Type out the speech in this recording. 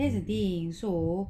that's the thing so